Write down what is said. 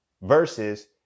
Versus